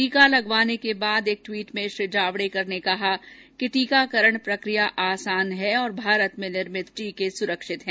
टीका लगवाने के बाद एक ट्वीट में श्री जावडेकर ने कहा कि टीकाकरण प्रक्रिया आसान है और भारत में निर्मित टीके सुरक्षित हैं